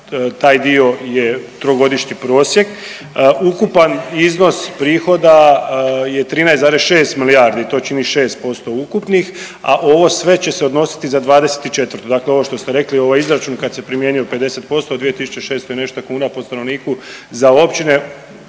taj dio je 3-godišnji prosjek. Ukupan iznos prihoda je 13,6 milijardi, to čini 6% ukupnih, a ovo sve će se odnositi za '24., dakle ovo što ste rekli, ovaj izračun kad se primjenjuje 50% od 2.600 i nešto kuna po stanovniku za općine